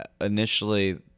initially